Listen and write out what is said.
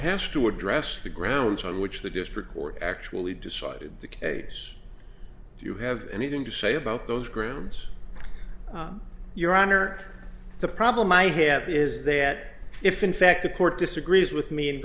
has to address the grounds on which the district court actually decided the case do you have anything to say about those grounds your honor the problem i have is that if in fact the court disagrees with me and